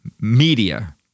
Media